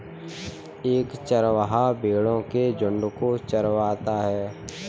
एक चरवाहा भेड़ो के झुंड को चरवाता है